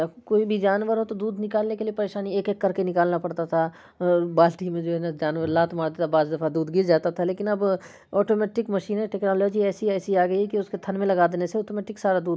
اب کوئی بھی جانور ہو تو دودھ نکالنے کے لیے پریشانی ایک ایک کر کے نکالنا پڑتا تھا بالٹی میں جو ہے نہ جانور لات مار دیتا تھا بعض دفعہ دودھ گر جاتا تھا لیکن اب آٹومیٹک مشینیں ٹیکنالوجی ایسی ایسی آ گئی ہے کہ اس کے تھن میں لگا دینے سے آٹومیٹک سارا دودھ